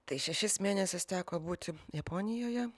tai šešis mėnesius teko būti japonijoje